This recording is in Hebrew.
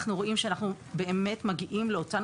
אנחנו רואים שאנחנו באמת מגיעים לאותן